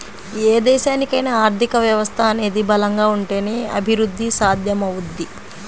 ఏ దేశానికైనా ఆర్థిక వ్యవస్థ అనేది బలంగా ఉంటేనే అభిరుద్ధి సాధ్యమవుద్ది